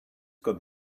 got